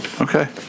Okay